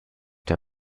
der